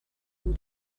and